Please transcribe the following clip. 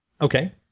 Okay